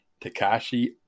Takashi